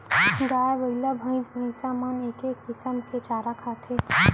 गाय, बइला, भईंस भईंसा मन एके किसम के चारा खाथें